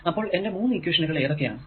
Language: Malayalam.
അപ്പോൾ എന്റെ മൂന്നു ഇക്വേഷനുകൾ ഏതൊക്കെ ആണ്